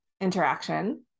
interaction